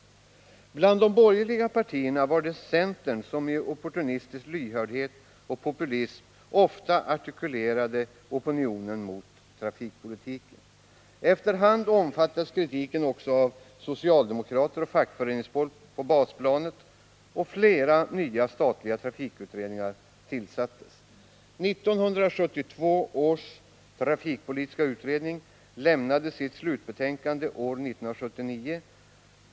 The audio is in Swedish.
Bland de borgerliga partierna var det centern som i opportunistisk lyhördhet och populism ofta artikulerade opinionen mot trafikpolitiken. Efter hand omfattades kritiken också av socialdemokrater och fackföreningsfolk på basplanet, och flera nya statliga trafikutredningar tillsattes. 1972 års trafikpolitiska utredning lämnade sitt slutbetänkande 1979.